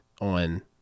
on